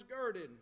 girded